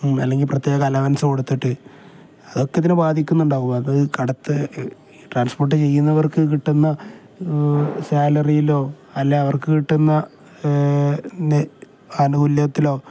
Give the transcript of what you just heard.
അല്ലെങ്കിൽ പ്രത്യേക അലവൻസ് കൊടുത്തിട്ട് അതൊക്കെ ഇതിന് ബാധിക്കുന്നുണ്ടാവും അത് കടത്ത് ട്രാൻസ്പോർട്ട് ചെയ്യുന്നവർക്ക് കിട്ടുന്ന സാലറയിലോ അല്ല അവർക്ക് കിട്ടുന്ന അനുകൂല്യത്തിലോ